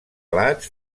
alats